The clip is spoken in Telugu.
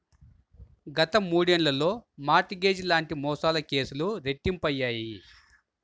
గత మూడేళ్లలో మార్ట్ గేజ్ లాంటి మోసాల కేసులు రెట్టింపయ్యాయి